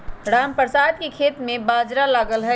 रामप्रसाद के खेत में बाजरा लगल हई